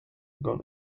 gone